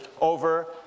over